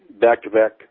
back-to-back